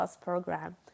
program